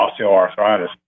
osteoarthritis